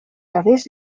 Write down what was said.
revés